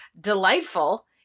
delightful